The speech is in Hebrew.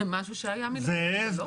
זה משהו שהיה מלכתחילה, לא?